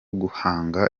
guhanga